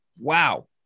Wow